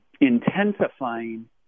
intensifying